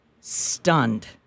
stunned